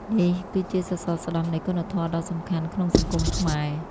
នេះគឺជាសសរស្តម្ភនៃគុណធម៌ដ៏សំខាន់ក្នុងសង្គមខ្មែរ។